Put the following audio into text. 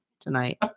tonight